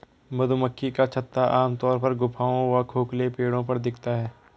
मधुमक्खी का छत्ता आमतौर पर गुफाओं व खोखले पेड़ों पर दिखता है